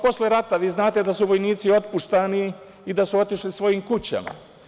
Posle rata vi znate da su vojnici otpuštani i da su otišli svojim kućama.